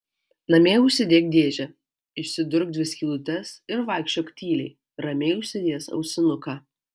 namie užsidėk dėžę išsidurk dvi skylutes ir vaikščiok tyliai ramiai užsidėjęs ausinuką